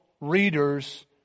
readers